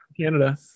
Canada